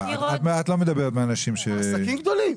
את לא מדברת על אנשים כאלה.